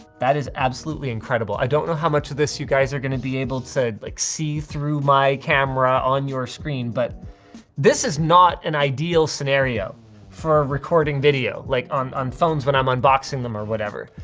that is absolutely incredible. i don't know how much of this you guys are gonna be able to like see through my camera on your screen, screen, but this is not an ideal scenario for recording video like on on phones when i'm unboxing them or whatever.